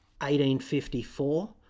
1854